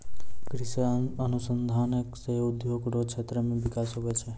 कृषि अनुसंधान से उद्योग रो क्षेत्र मे बिकास हुवै छै